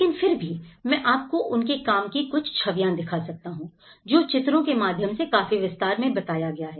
लेकिन फिर भी मैं आपको उनके काम की कुछ छवियां दिखा सकता हूं जो चित्रों के माध्यम से काफी विस्तार में बताया गया है